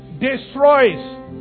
destroys